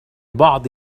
بعض